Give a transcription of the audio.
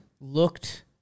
looked